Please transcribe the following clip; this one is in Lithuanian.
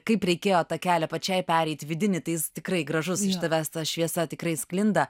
kaip reikėjo tą kelią pačiai pereiti vidinį tais tikrai gražus iš tavęs ta šviesa tikrai sklinda